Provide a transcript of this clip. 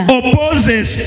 opposes